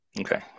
Okay